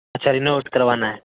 اچھا رنوویٹ کروانا ہے